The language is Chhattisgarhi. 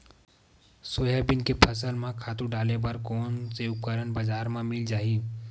सोयाबीन के फसल म खातु डाले बर कोन से उपकरण बजार म मिल जाहि?